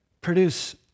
produce